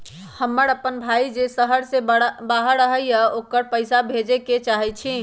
हमर अपन भाई जे शहर के बाहर रहई अ ओकरा पइसा भेजे के चाहई छी